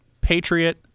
Patriot